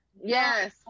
Yes